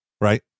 right